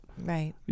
right